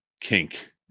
kink